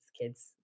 kids